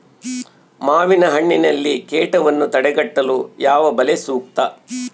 ಮಾವಿನಹಣ್ಣಿನಲ್ಲಿ ಕೇಟವನ್ನು ತಡೆಗಟ್ಟಲು ಯಾವ ಬಲೆ ಸೂಕ್ತ?